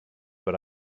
but